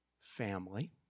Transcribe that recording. family